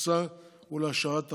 לביסוסה ולהעשרת תרבותה.